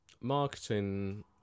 marketing